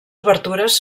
obertures